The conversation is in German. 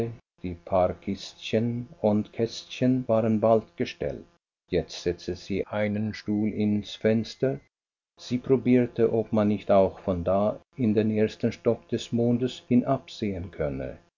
die paar kistchen und kästchen waren bald gestellt jetzt setzte sie einen stuhl ins fenster sie probierte ob man nicht auch von da in den ersten stock des mondes hinabsehen könne